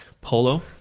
Polo